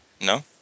no